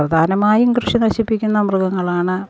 പ്രധാനമായും കൃഷി നശിപ്പിക്കുന്ന മൃഗങ്ങളാണ്